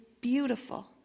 beautiful